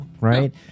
right